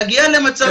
כן,